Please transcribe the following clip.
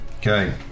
Okay